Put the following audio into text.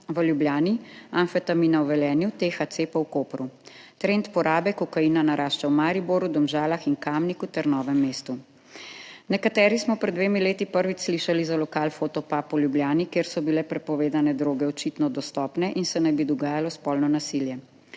v Ljubljani, amfetamina v Velenju, THC pa v Kopru. Trend porabe kokaina narašča v Mariboru, Domžalah in Kamniku ter Novem mestu. Nekateri smo pred dvemi leti prvič slišali za lokal Fotopub v Ljubljani, kjer so bile prepovedane droge očitno dostopne in se naj bi dogajalo spolno nasilje.